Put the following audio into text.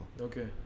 Okay